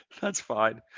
that's fine.